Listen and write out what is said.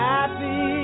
Happy